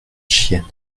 chienne